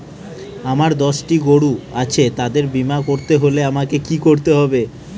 আমার দশটি গরু আছে তাদের বীমা করতে হলে আমাকে কি করতে হবে?